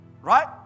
Right